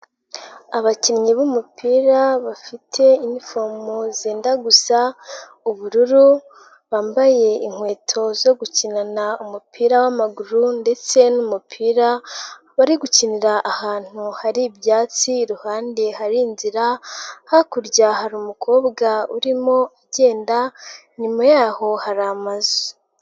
Abakinnyi b'umupira bafite inifomo zenda gusa ubururu, bambaye inkweto zo gukinana umupira w'amaguru ndetse n'umupira bari gukinira ahantu hari ibyatsi, iruhande hari inzira, hakurya hari umukobwa urimo agenda, inyuma yaho hari amazu.